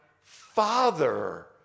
Father